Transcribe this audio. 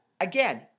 again